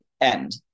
end